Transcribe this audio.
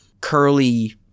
curly